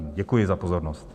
Děkuji za pozornost.